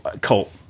Colt